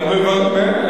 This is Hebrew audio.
במליאה.